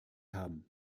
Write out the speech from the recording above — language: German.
haben